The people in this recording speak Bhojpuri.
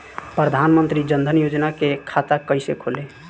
प्रधान मंत्री जनधन योजना के खाता कैसे खुली?